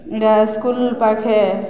school ପାଖେ